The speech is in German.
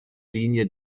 linie